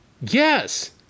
Yes